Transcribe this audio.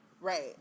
right